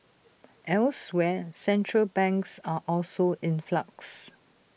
elsewhere central banks are also in flux